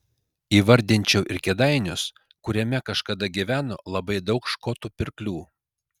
įvardinčiau ir kėdainius kuriame kažkada gyveno labai daug škotų pirklių